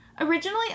Originally